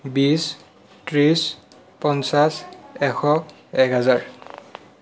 বিছ ত্ৰিছ পঞ্চাছ এশ এক হেজাৰ